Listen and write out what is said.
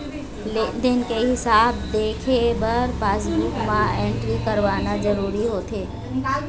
लेन देन के हिसाब देखे बर पासबूक म एंटरी करवाना जरूरी होथे